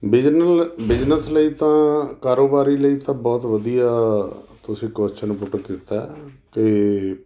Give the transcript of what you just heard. ਬਿਜਨਲ business ਲਈ ਤਾਂ ਕਾਰੋਬਾਰੀ ਲਈ ਤਾਂ ਬਹੁਤ ਵਧੀਆ ਤੁਸੀਂ ਕੁਸ਼ਚਨ ਪੁੱਟ ਕੀਤਾ ਕਿ